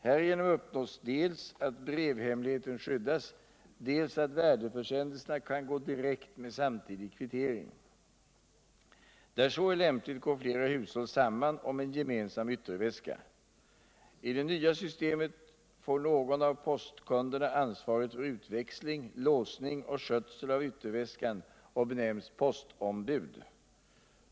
Härigenom uppnås dels att brevhemligheten skyddas, dels att värdeförsändelserna kan gå ut direkt med samtidig kvittering. Där så är lämpligt går flera hushåll samman om en gemensam ytterväska. I det nva systemet får någon av postkunderna ansvaret för utväxling, låsning och skötsel av vtterväskan och benämns postombud.